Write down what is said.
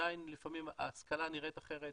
עדיין לפעמים ההשכלה נראית אחרת.